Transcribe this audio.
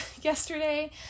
yesterday